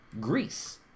Greece